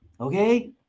Okay